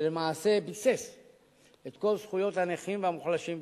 שלמעשה ביסס את כל זכויות הנכים והמוחלשים בישראל.